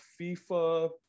fifa